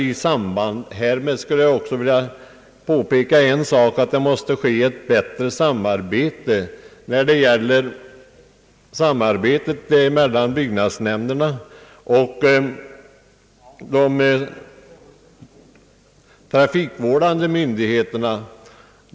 I samband härmed skulle jag också vilja påpeka att det måste ske ett bättre samarbete mellan byggnadsnämnderna och de trafikvårdande myndigheterna.